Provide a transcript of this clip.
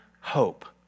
hope